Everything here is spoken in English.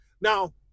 Now